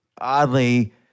oddly